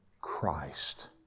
Christ